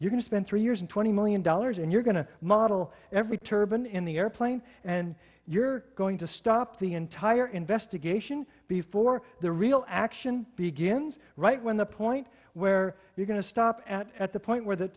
can spend three years and twenty million dollars and you're going to model every turban in the airplane and you're going to stop the entire investigation before the real action begins right when the point where you're going to stop at at the point where th